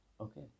Okay